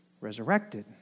resurrected